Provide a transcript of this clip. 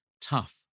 tough